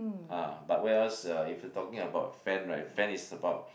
ah but where else uh if you're talking about fan [right] fan is about